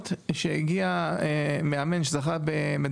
זה צריך להיות מהוועד